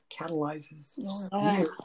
catalyzes